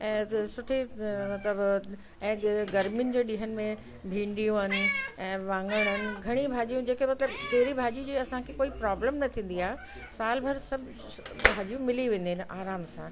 ऐं सुठे मतिलबु ऐं गर्मियुनि जे ॾींहनि में भींड़ियूं आहिनि ऐं वाङण आहिनि घणी भाॼियूं जेके मतिलबु कहिड़ी भाॼी जे असांखे कोई प्रॉब्लम न थींदी आहे सालु भर सभु भाॼियूं मिली वेंदियूं आहिनि आराम सां